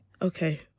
Okay